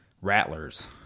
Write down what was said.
Rattlers